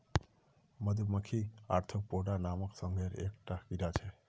मधुमक्खी ओर्थोपोडा नामक संघेर एक टा कीड़ा छे